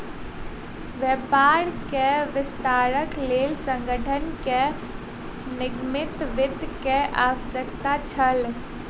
व्यापार के विस्तारक लेल संगठन के निगमित वित्त के आवश्यकता छल